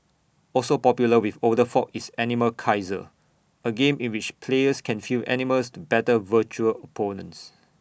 also popular with older folk is animal Kaiser A game in which players can field animals to battle virtual opponents